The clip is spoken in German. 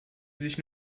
sich